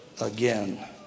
again